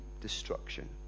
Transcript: destruction